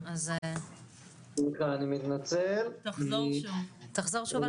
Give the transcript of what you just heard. אז אני אומר צריך להפריד בין שאלת כמות המכשירים שהיא כבר